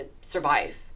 survive